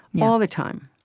all the time.